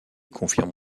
confirme